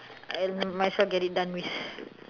um I might as well get it done with